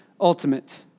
ultimate